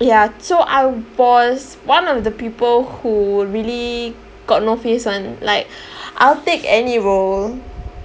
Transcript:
ya so I was one of the people who really got no face [one] like I'll take any role